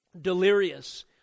delirious